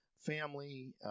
Family